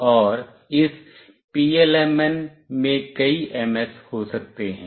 और इस PLMN में कई MS हो सकते हैं